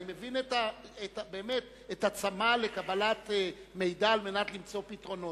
אני מבין באמת את הצמא לקבלת מידע על מנת למצוא פתרונות,